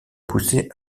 poussés